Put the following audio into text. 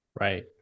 Right